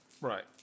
Right